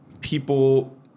people